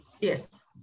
yes